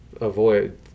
avoid